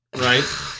right